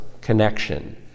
connection